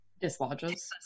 dislodges